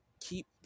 keep